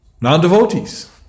non-devotees